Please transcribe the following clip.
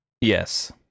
Yes